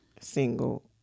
single